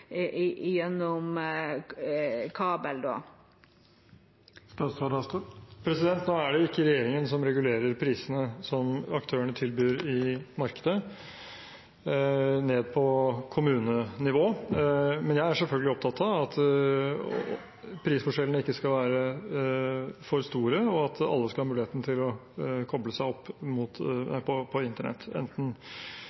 gjennom kabel. Nå er det ikke regjeringen som regulerer prisene som aktørene tilbyr i markedet på kommunenivå, men jeg er selvfølgelig opptatt av at prisforskjellene ikke skal være for store, og at alle skal ha mulighet til å koble seg